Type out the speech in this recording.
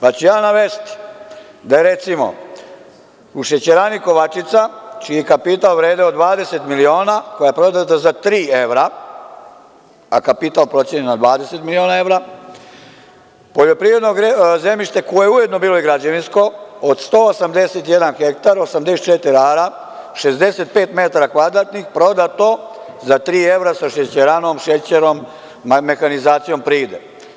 Pa, ću ja navesti, da je recimo – u Šećerani „Kovačica“, čiji je kapital vredeo 20 miliona, koja je prodata za tri evra, a kapital procenjen na 20 miliona evra, poljoprivredno zemljište koje je ujedno bilo i građevinsko od 181 hektar, 84 ara, 65 metara kvadratnih prodato za tri evra sa šećeranom, šećerom, mehanizacijom privrede.